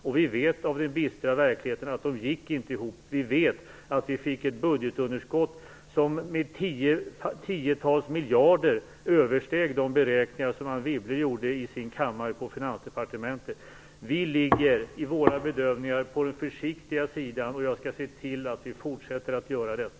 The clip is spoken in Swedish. Och vi har sett av den bistra verkligheten att de inte gick ihop. Vi vet att vi fick ett budgetunderskott som med tiotals miljarder översteg de beräkningar som Anne Wibble gjorde i sin kammare på Finansdepartementet. Vi ligger i våra bedömningar på den försiktiga sidan, och jag skall se till att vi fortsätter att göra det.